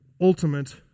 ultimate